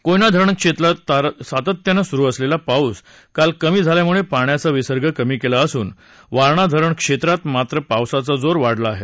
कोयना धरण क्षेत्रात सातत्यानं सुरू असलेला पाऊस काल कमी झाल्यामुळे पाण्याचा विसर्ग कमी केला असून वारणा धरण क्षेत्रात मात्र पावसाचा जोर वाढला आहे